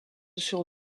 sur